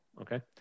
Okay